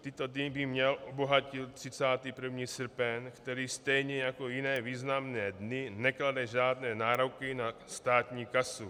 Tyto dny by obohatil 31. srpen, který stejně jako jiné významné dny neklade žádné nároky na státní kasu.